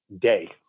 day